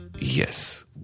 Yes